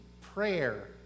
prayer